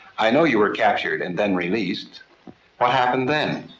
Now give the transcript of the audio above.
i know you were captured and then released. what happened then?